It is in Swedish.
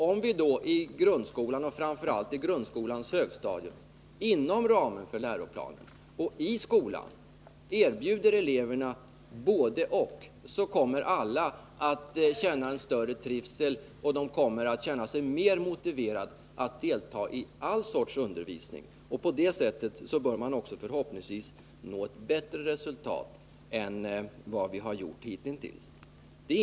Om vi då i grundskolan och framför allt dess högstadium inom ramen för läroplanen erbjuder eleverna både-och kommer alla att känna större trivsel och känna sig mer motiverade att delta i alla sorters undervisning. På det sättet bör vi förhoppningsvis också nå bättre resultat än vad vi gjort hitintills.